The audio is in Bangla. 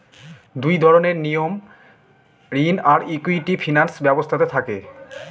দুই ধরনের নিয়ম ঋণ আর ইকুইটি ফিনান্স ব্যবস্থাতে থাকে